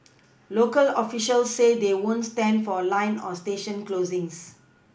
local officials say they won't stand for line or station closings